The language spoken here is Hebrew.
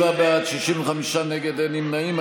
27 בעד, 65 נגד, אין נמנעים.